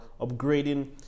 upgrading